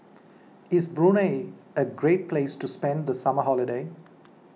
is Brunei a great place to spend the summer holiday